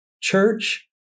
church